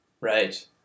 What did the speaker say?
Right